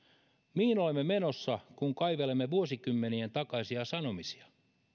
mihin olemme menossa kun kaivelemme vuosikymmenien takaisia sanomisia